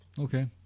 Okay